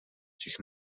těch